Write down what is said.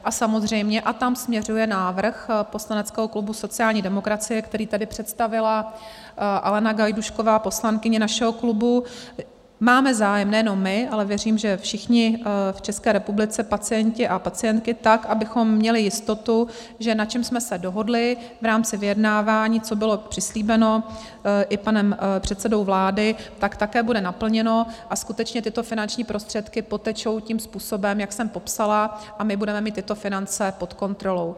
A samozřejmě, a tam směřuje návrh poslaneckého klubu sociální demokracie, který tady představila Alena Gajdůšková, poslankyně našeho klubu, máme zájem, nejenom my, ale věřím, že všichni v České republice, pacienti a pacientky, tak, abychom měli jistotu, že na čem jsme se dohodli v rámci vyjednávání, co bylo přislíbeno i panem předsedou vlády, tak také bude naplněno a skutečně tyto finanční prostředky potečou tím způsobem, jak jsem popsala, a my budeme mít tyto finance pod kontrolou.